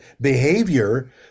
behavior